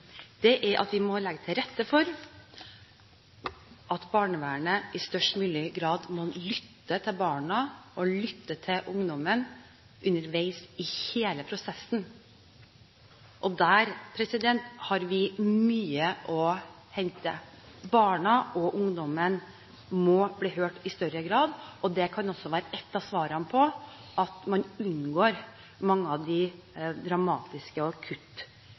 er at vi må legge til rette for at barnevernet i størst mulig grad må lytte til barna og lytte til ungdommene underveis i hele prosessen. Der har vi mye å hente. Barna og ungdommene må bli hørt i større grad, og det kan også være et av svarene på hvordan man unngår mange av de dramatiske